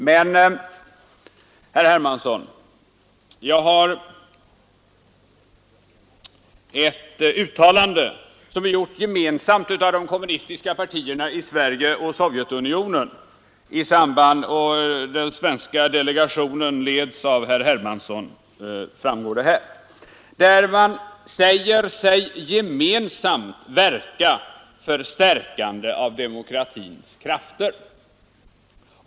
Men, herr Hermansson, jag har läst ett uttalande som gjorts gemensamt av de kommunistiska partierna i Sverige och Sovjetunionen — med den svenska delegationen ledd av herr Hermansson. Där säger man sig gemensamt vilja verka för stärkande av demokratins krafter.